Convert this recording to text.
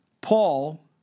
Paul